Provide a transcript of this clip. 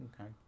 okay